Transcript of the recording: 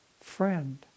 friend